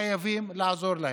חייבים לעזור להם.